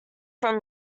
from